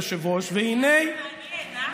אדוני היושב-ראש, והינה, היה לך מעניין?